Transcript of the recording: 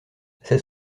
c’est